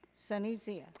sunny zia.